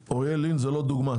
אוריאל לין זה לא דוגמה,